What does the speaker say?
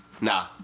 Nah